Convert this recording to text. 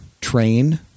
train